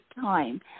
time